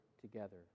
together